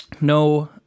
No